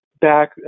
back